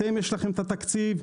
יש לכם את התקציב,